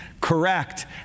correct